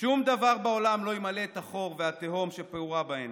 שום דבר בעולם לא ימלא את החור ואת התהום שפעורה בהן,